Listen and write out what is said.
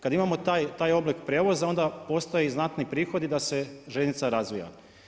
Kada imamo taj oblik prijevoza onda postoji znatni prihodi da se željeznica razvija.